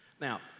Now